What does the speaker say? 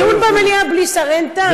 בלי שאת מנמקת,